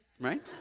Right